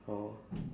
oh